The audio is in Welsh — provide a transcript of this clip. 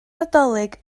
nadolig